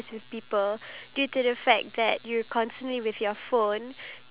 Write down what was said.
they're not devices that actually give out